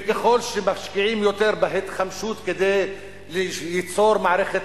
וככל שמשקיעים יותר בהתחמשות כדי ליצור מערכת